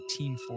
1840